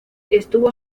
estuvo